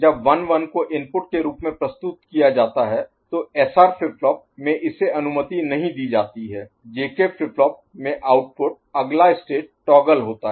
इसलिए जब 1 1 को इनपुट के रूप में प्रस्तुत किया जाता है तो एसआर फ्लिप फ्लॉप में इसे अनुमति नहीं दी जाती है जे के फ्लिप फ्लॉप में आउटपुट अगला स्टेट टॉगल होता है